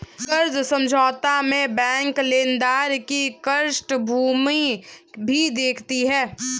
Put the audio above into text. कर्ज समझौता में बैंक लेनदार की पृष्ठभूमि भी देखती है